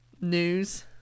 News